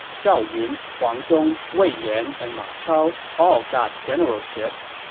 zhao yun, huang zhong, wei yan, and ma chao all got generalships.